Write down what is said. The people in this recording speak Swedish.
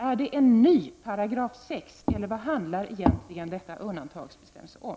Är det en ny 6§, eller vad handlar egentligen denna undantagsbestämmelse om?